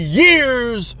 years